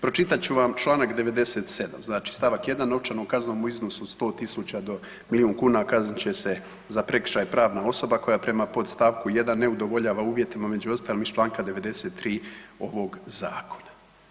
Pročitat ću vam čl. 97., znači stavak 1. o novčanom kaznenom iznosu od 100 0000 do milijun kuna kaznit će se za prekršaje pravna osoba koja prema podstavku 1. ne udovoljava uvjetima među ostalim iz čl. 93. ovog zakona.